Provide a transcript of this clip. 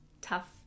tough